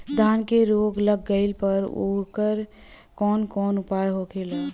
धान में रोग लग गईला पर उकर कवन कवन उपाय होखेला?